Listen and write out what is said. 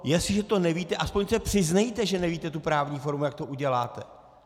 Jestliže to nevíte, aspoň se přiznejte, že nevíte právní formu, jak to uděláte!